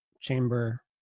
Chamber